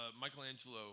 Michelangelo –